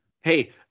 Hey